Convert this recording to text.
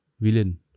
Villain